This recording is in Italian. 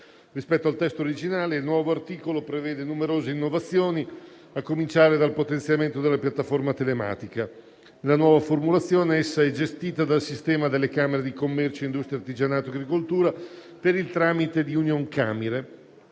Rispetto al testo originale il nuovo articolo prevede numerose innovazioni a cominciare dal potenziamento della piattaforma telematica. Nella nuova formulazione essa è gestita dal sistema delle camere di commercio, industria, artigianato e agricoltura per il tramite di Unioncamere,